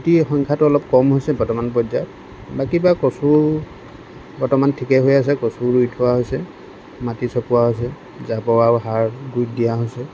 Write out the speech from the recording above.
গুটিৰ সংখ্যাটো অলপ কম হৈছে বৰ্তমান পৰ্য্যায়ত বাকী বাৰু কচু বৰ্তমান ঠিকে হৈ আছে কচু ৰুই থোৱা হৈছে মাটি চপোৱা হৈছে জাবৰ আৰু সাৰ গুড়িত দিয়া হৈছে